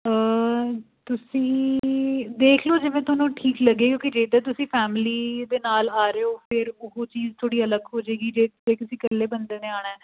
ਤੁਸੀਂ ਦੇਖ ਲਓ ਜਿਵੇਂ ਤੁਹਾਨੂੰ ਠੀਕ ਲੱਗੇ ਕਿਉਂਕਿ ਜੇ ਤਾਂ ਤੁਸੀਂ ਫੈਮਲੀ ਦੇ ਨਾਲ ਆ ਰਹੇ ਹੋ ਫਿਰ ਉਹ ਚੀਜ਼ ਥੋੜ੍ਹੀ ਅਲੱਗ ਹੋ ਜਾਏਗੀ ਜੇ ਜੇ ਤੁਸੀਂ ਇਕੱਲੇ ਬੰਦੇ ਨੇ ਆਣਾ